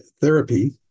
therapy